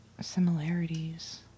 similarities